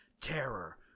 terror